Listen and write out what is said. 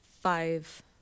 five